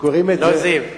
לא זיו.